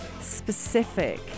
specific